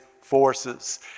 forces